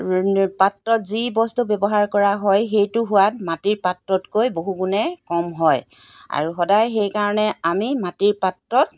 পাত্ৰত যি বস্তু ব্যৱহাৰ কৰা হয় সেইটো সোৱাদ মাটিৰ পাত্ৰতকৈ বহু গুণে কম হয় আৰু সদায় সেইকাৰণে আমি মাটিৰ পাত্ৰত